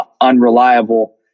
unreliable